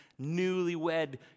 newlywed